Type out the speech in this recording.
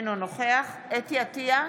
אינו נוכח חוה אתי עטייה,